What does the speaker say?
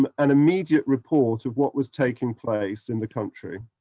um an immediate report of what was taking place in the country.